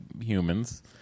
humans